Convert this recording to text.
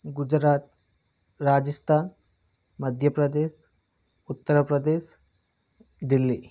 Gujarat Rajasthan Madhya Pradesh Uttar Pradesh Delhi